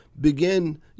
begin